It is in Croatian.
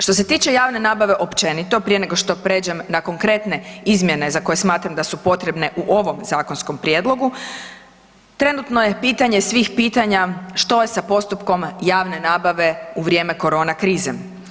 Što se tiče javne nabave općenito prije nego što pređem na konkretne izmjene za koje smatram da su potrebne u ovom zakonskom prijedlogu trenutno je pitanje svih pitanja što je sa postupkom javne nabave u vrijeme korona krize.